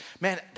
Man